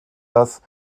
das